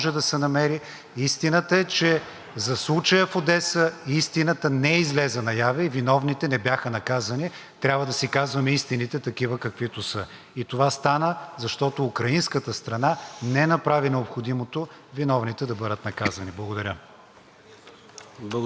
Трябва да си казваме истините такива, каквито са, и това стана, защото украинската страна не направи необходимото виновните да бъдат наказани. Благодаря. ПРЕДСЕДАТЕЛ ЙОРДАН ЦОНЕВ: Благодаря Ви, господин Вигенин. Думата има господин Борислав Гуцанов от парламентарната група „БСП за България“.